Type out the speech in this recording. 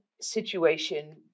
situation